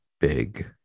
big